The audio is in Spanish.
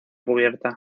cubierta